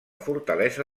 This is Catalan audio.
fortalesa